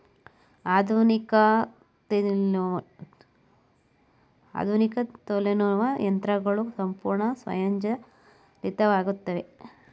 ಆಧುನಿಕ ತ್ತಿ ನೂಲುವ ಯಂತ್ರಗಳು ಸಂಪೂರ್ಣ ಸ್ವಯಂಚಾಲಿತವಾಗಿತ್ತವೆ